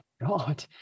god